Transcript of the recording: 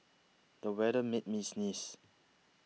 the weather made me sneeze